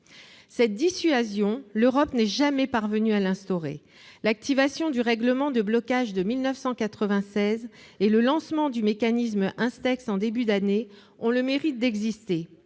Cette dissuasion, l'Europe n'est jamais parvenue à l'instaurer. L'activation du règlement dit « de blocage » de 1996 et le lancement du dispositif Instex- -en début d'année ont le mérite d'exister.